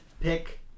pick